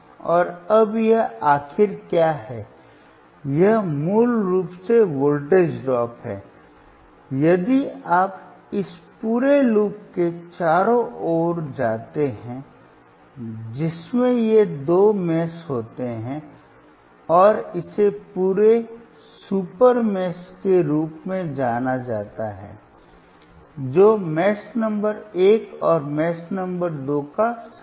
और अब यह आखिर क्या है यह मूल रूप से वोल्टेज ड्रॉप्स है यदि आप इस पूरे लूप के चारों ओर जाते हैं जिसमें ये दो मेष होते हैं और इसे सुपर मेष के रूप में जाना जाता है जो मेष नंबर 1 और मेष नंबर 2 का संयोजन है